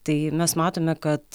tai mes matome kad